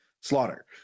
slaughter